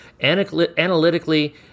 analytically